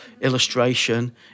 illustration